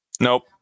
Nope